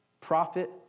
prophet